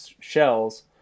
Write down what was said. shells